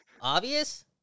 obvious